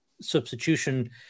substitution